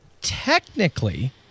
technically